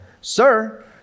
sir